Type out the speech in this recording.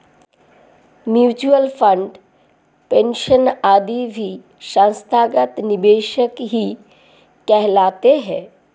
mutual fund, pension आदि भी संस्थागत निवेशक ही कहलाते हैं